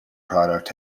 product